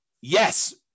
Yes